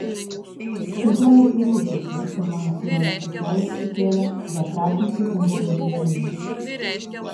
kiūtojau pritūpusi ir mano sijonas visai užsikėlė beprasmiškai tampiau jį žemyn